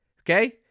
Okay